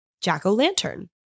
jack-o'-lantern